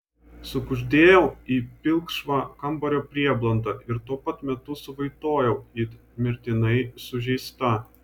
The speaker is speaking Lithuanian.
sukuždėjau į pilkšvą kambario prieblandą ir tuo pat metu suvaitojau it mirtinai sužeista